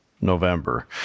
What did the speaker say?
november